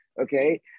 Okay